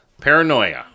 Paranoia